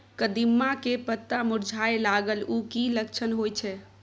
कदिम्मा के पत्ता मुरझाय लागल उ कि लक्षण होय छै?